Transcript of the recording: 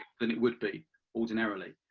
than it would be ordinarily.